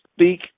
speak